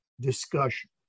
discussion